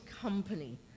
company